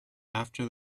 after